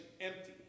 empty